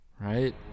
Right